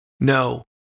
No